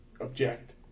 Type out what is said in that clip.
object